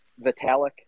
Vitalik